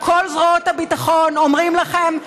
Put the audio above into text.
כל זרועות הביטחון אומרים לכם: